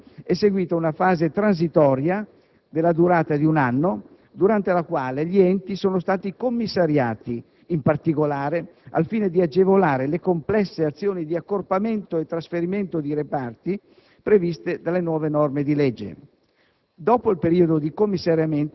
A questa attività legislativa è seguita una fase transitoria della durata di un anno durante la quale gli enti sono stati commissariati, in particolare al fine di agevolare le complesse azioni di accorpamento e trasferimento di reparti, previste dalle nuove norme di legge.